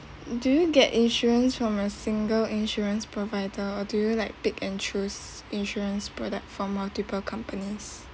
do you get insurance from a single insurance provider or do you like pick and choose insurance product from multiple companies